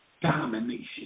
domination